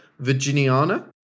virginiana